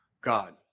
God